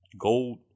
gold